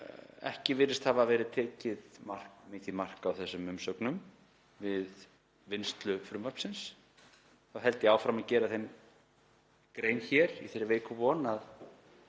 ekki virðist hafa verið tekið mikið mark á þessum umsögnum við vinnslu frumvarpsins þá held ég áfram að gera grein fyrir þeim hér í þeirri veiku von að